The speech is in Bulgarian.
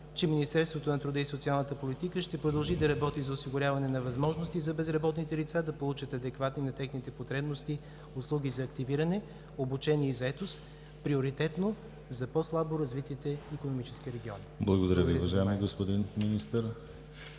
че Министерството на труда и социалната политика ще продължи да работи за осигуряване на възможности за безработните лица да получат адекватна на техните потребности услуги за активиране, обучение и заетост приоритетно за по-слабо развитите икономически региони. ПРЕДСЕДАТЕЛ ДИМИТЪР ГЛАВЧЕВ: Благодаря Ви, уважаеми господин Министър.